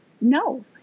No